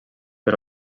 per